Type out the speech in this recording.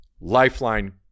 Lifeline